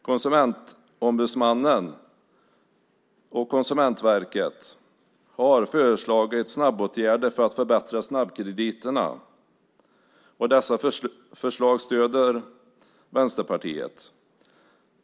Konsumentombudsmannen och Konsumentverket har föreslagit snabbåtgärder för att förbättra snabbkrediterna. Dessa förslag stöder Vänsterpartiet.